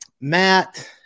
Matt